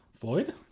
Floyd